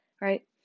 right